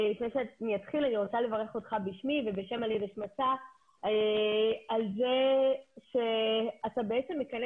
אני רוצה לברך אותך בשמי ובשם הליגה נגד השמצה על כך שאתה בעצם מכנס